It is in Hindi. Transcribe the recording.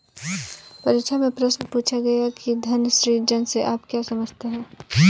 परीक्षा में प्रश्न पूछा गया कि धन सृजन से आप क्या समझते हैं?